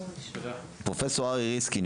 פרופ' אריה ריסקין,